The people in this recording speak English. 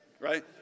right